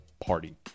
party